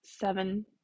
seven